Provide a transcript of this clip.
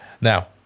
Now